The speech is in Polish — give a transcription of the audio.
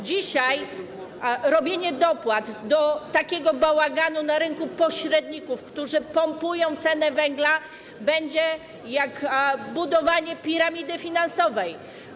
Dzisiaj robienie dopłat do takiego bałaganu na rynku pośredników, którzy pompują cenę węgla, będzie jak budowanie piramidy finansowej.